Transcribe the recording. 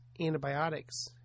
antibiotics